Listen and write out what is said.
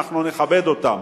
אנחנו נכבד אותם,